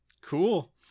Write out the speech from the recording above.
Cool